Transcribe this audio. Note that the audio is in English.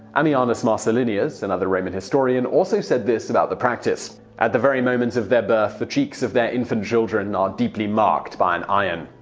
ammianus marcellinus, another roman historian, also said this about the practice at the very moment of their birth the cheeks of their infant children are ah deeply marked by an iron,